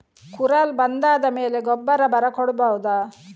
ಕುರಲ್ ಬಂದಾದ ಮೇಲೆ ಗೊಬ್ಬರ ಬರ ಕೊಡಬಹುದ?